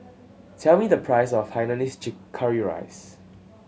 tell me the price of hainanese curry rice